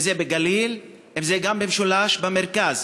אם בגליל, ואם במשולש ובמרכז.